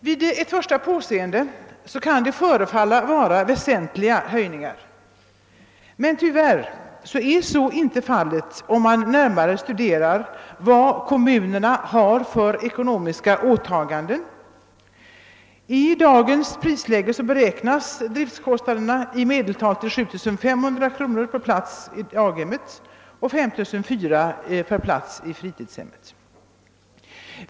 Vid första påseende kan detta förefalla vara väsentliga höjningar, men tyvärr är så inte fallet om man närmare studerar kommunernas ekonomiska åtaganden. I dagens prisläge beräknas driftkostnaderna till i medeltal 7500 kr. för plats i daghem och 5 400 kr. för plats i fritidshem.